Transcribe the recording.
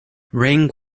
ring